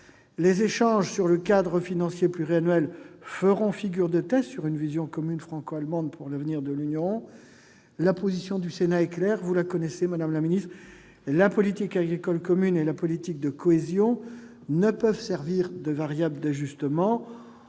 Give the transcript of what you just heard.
Les échanges sur le cadre financier pluriannuel feront figure de test sur une vision commune franco-allemande pour l'avenir de l'Union. Vous connaissez la position du Sénat, madame la ministre. Elle est claire : la politique agricole commune et la politique de cohésion ne peuvent servir de variable d'ajustement,